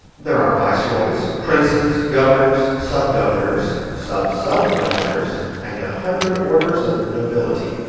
there are viceroys, princes, governors, sub-governors, sub-sub-governors, and a hundred orders of nobility,